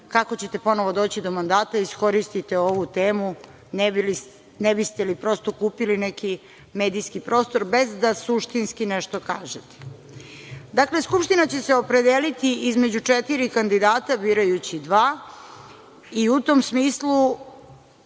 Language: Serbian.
kako ćete ponovo doći do mandata iskoristite ovu temu ne biste li prosto kupili neki medijski prostor, bez da suštinski nešto kažete. Skupština će se opredeliti između četiri kandidata birajući dva, i u tom smislu